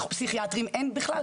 פסיכיאטרים אין בכלל,